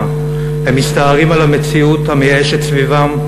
הם מסתערים על המציאות המייאשת סביבם,